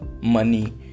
money